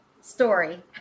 story